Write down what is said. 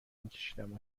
میکشیدم